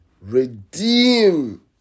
Redeem